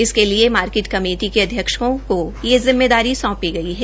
इसके लिए market committee के अध्यक्षों को यह जिम्मेदारी सौंपी गई है